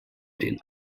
den